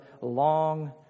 long